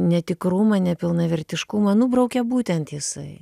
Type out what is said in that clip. netikrumą nepilnavertiškumą nubraukė būtent jisai